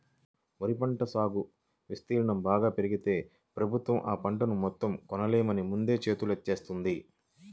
వరి పంట సాగు విస్తీర్ణం బాగా పెరిగితే ప్రభుత్వం ఆ పంటను మొత్తం కొనలేమని ముందే చేతులెత్తేత్తంది